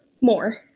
more